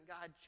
God